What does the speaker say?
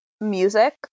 music